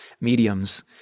mediums